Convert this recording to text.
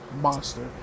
monster